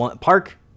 park